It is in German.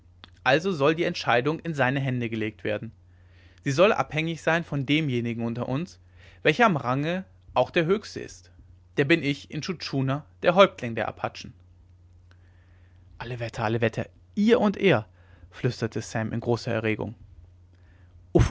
also soll die entscheidung in seine hände gelegt werden sie soll abhängig sein von demjenigen unter uns welcher am range auch der höchste ist der bin ich intschu tschuna der häuptling der apachen alle wetter alle wetter ihr und er flüsterte sam in großer erregung